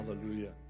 Hallelujah